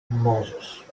możesz